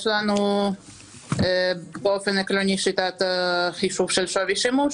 יש לנו עקרונית שיטת חישוב של שווי שימוש